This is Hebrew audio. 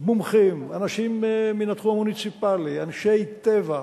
מומחים, אנשים מן התחום המוניציפלי, אנשי טבע,